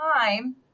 time